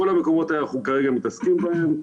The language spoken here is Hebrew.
בכל המקומות האלה אנחנו כרגע מתעסקים בהם.